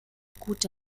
gute